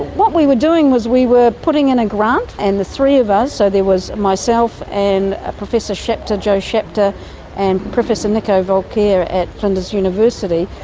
what we were doing was we were putting in a grant, and the three of us. so there was myself, and ah professor joe shapter and professor nico voelcker at flinders university,